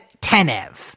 Tenev